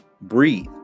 breathe